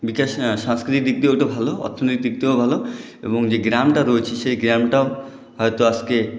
বিকাশ না সাংস্কৃতিক দিক দিয়ে ওটা ভালো অর্থনৈতিক দিয়েও ভালো এবং যে গ্রামটা রয়েছে সেই গ্রামটাও হয়তো আজকে